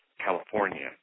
California